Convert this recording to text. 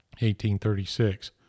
1836